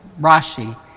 Rashi